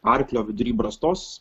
arklio vidury brastos